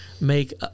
make